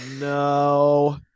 no